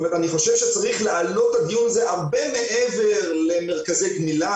אני חושב שצריך להעלות את הדיון הזה הרבה מעבר למרכזי גמילה